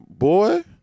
Boy